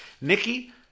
Nikki